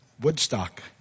Woodstock